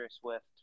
Swift